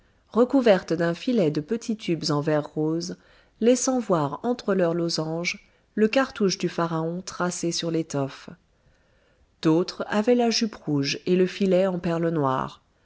recouverte d'un filet de petits tubes en verre rose laissant voir entre leurs losanges le cartouche du pharaon tracé sur l'étoffe d'autres avaient la jupe rouge et le filet en perles noires